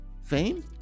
Fame